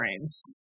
frames